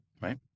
right